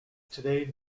today